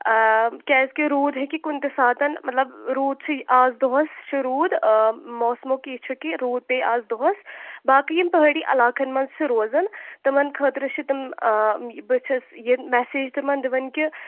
کیٛاہ زِ کہِ روٗد ہیٚکہِ کُنہِ تہِ ساتن مطلب روٗد چھِ آز دۄہس چھِ روٗد موسمُک یہِ چھُ کہِ روٗد پییہِ آز دۄہس باقٕے یِم پٔہٲڑی علاقن منٛز چھِ روزان تِمن خٲطرٕ چھِ تِم بہٕ چھَس مَسیج تِمن دِوان کہِ